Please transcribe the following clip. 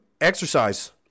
Exercise